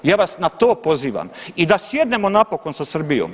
Ja vas na to pozivam i da sjednemo napokon sa Srbijom.